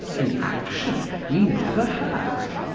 in action, we never have.